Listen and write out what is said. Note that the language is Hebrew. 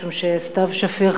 משום שסתיו שפיר,